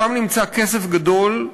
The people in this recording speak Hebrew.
שם נמצא כסף גדול,